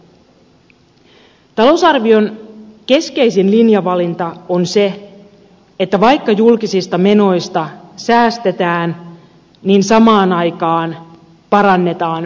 talousarvion keskeisin linjavalinta on se että vaikka julkisista menoista säästetään niin samaan aikaan parannetaan perusturvaa